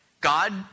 God